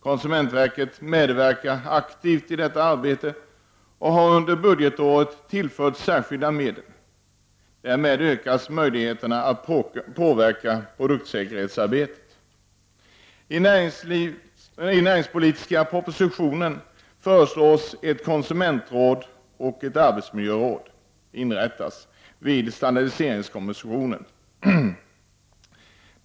Konsumentverket medverkar aktivt i detta arbete och har under budgetåret tillförts särskilda medel. Därmed ökas möjligheterna att påverka produktsäkerhetsarbetet. I näringspolitiska propositionen föreslås att ett konsumentråd och ett arbetsmiljöråd inrättas vid standardiseringskommissionen.